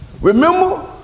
Remember